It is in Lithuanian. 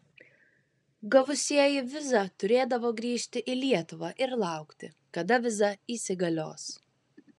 gavusieji vizą turėdavo grįžti į lietuvą ir laukti kada viza įsigalios